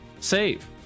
save